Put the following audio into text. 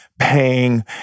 paying